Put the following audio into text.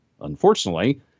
unfortunately